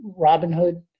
Robinhood